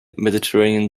mediterranean